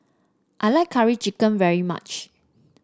I like Curry Chicken very much